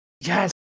Yes